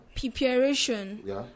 Preparation